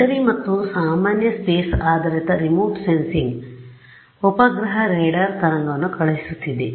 military ಮತ್ತು ಸಾಮಾನ್ಯ space ಆಧಾರಿತ ರಿಮೋಟ್ ಸೆಂನ್ಸಿಗ್ ಉಪಗ್ರಹ ರೇಡಾರ್ ತರಂಗವನ್ನು ಕಳುಹಿಸುತ್ತದೆ